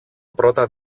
πρώτα